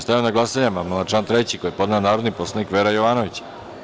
Stavljam na glasanje amandman na član 3. koji je podnela narodni poslanik Vera Jovanović.